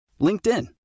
LinkedIn